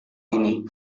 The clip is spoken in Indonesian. ini